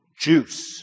juice